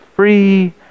free